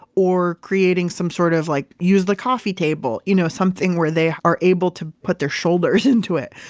or creating some sort of. like use the coffee table. you know something where they are able to put their shoulders into it.